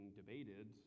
debated